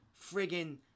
friggin